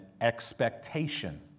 expectation